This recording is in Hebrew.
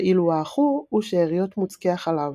ואילו העכור הוא שאריות מוצקי חלב.